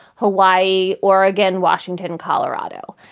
hawaii, oregon, washington, colorado.